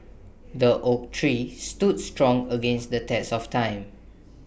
the oak tree stood strong against the test of time